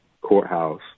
courthouse